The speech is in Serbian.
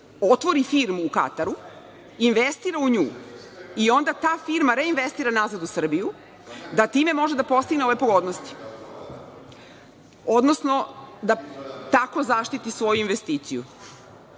otvori firmu u Katru, investira u nju i onda ta firma reinvestira nazad u Srbiju, da time može da postigne ove pogodnosti, odnosno da tako zaštiti svoju investiciju.